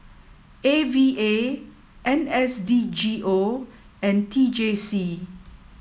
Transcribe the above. A V A N S D G O and T J C